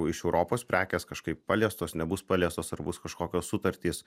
iš europos prekės kažkaip paliestos nebus paliestos ar bus kažkokios sutartys